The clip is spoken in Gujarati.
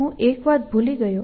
હું એક વાત ભૂલી ગયો